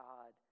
God